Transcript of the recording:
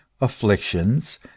afflictions